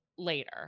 later